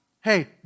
hey